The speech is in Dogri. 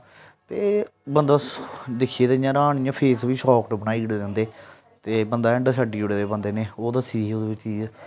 ते बंदा दिक्खियै ते इ'यां रहान इ'यां फेस बी शॉक्ड बनाई ओड़े दे उं'दे ते बंदा हैंडल छड्डी ओड़े दे बंदे ने ओह् दस्से दी ही ओह्दे बिच इ'यै